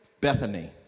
Bethany